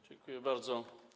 Dziękuję bardzo.